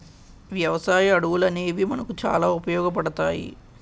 వ్యవసాయ అడవులనేవి మనకు చాలా ఉపయోగపడతాయి